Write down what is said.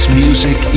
music